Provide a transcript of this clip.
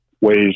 ways